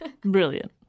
Brilliant